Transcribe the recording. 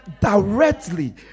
directly